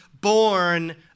born